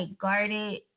guarded